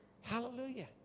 Hallelujah